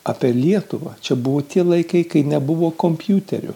apie lietuvą čia buvo tie laikai kai nebuvo kompiuterių